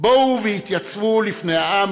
בואו והתייצבו לפני העם,